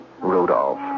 Rudolph